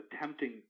attempting